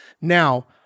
Now